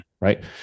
right